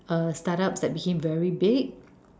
uh startups that became very big